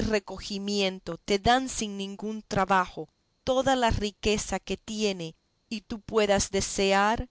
recogimiento te da sin ningún trabajo toda la riqueza que tiene y tú puedes desear